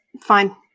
Fine